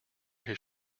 his